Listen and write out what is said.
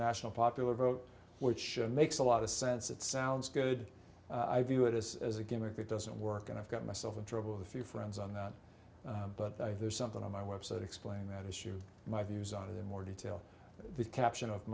national popular vote which makes a lot of sense it sounds good i view it as as a gimmick it doesn't work and i've got myself in trouble a few friends on that but there's something on my website explaining that issue my views on it in more detail the caption of